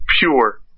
pure